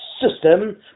system